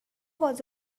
was